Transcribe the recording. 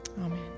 Amen